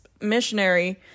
missionary